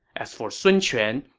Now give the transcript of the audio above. as for sun quan,